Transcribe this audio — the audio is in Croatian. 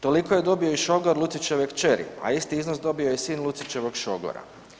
Toliko je dobio i šogor Lucićeve kćeri, a isti iznos dobio je i sin Lucićevog šogora.